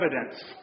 evidence